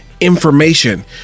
information